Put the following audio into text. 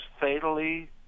fatally